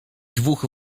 dwóch